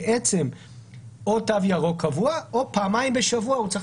בעצם או תו ירוק קבוע או פעמיים בשבוע הוא צריך